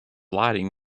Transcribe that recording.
lighting